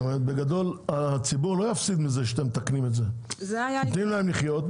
הציבור לא יפסיד מזה שאתם מתקנים את זה; נותנים להם לחיות,